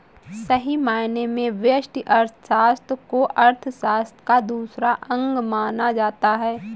सही मायने में व्यष्टि अर्थशास्त्र को अर्थशास्त्र का दूसरा अंग माना जाता है